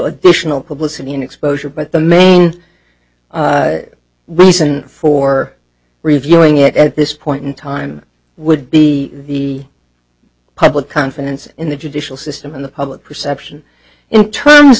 additional publicity in exposure but the main reason for reviewing it at this point in time would be the public confidence in the judicial system and the public perception in terms